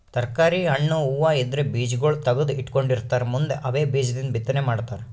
ತರ್ಕಾರಿ, ಹಣ್ಣ್, ಹೂವಾ ಇದ್ರ್ ಬೀಜಾಗೋಳ್ ತಗದು ಇಟ್ಕೊಂಡಿರತಾರ್ ಮುಂದ್ ಅವೇ ಬೀಜದಿಂದ್ ಬಿತ್ತನೆ ಮಾಡ್ತರ್